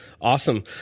Awesome